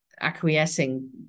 acquiescing